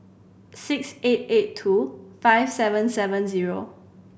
six eight eight two five seven seven zero